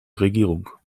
regierung